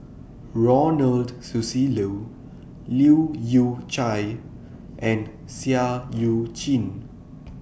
Ronald Susilo Leu Yew Chye and Seah EU Chin